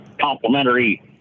complimentary